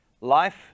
Life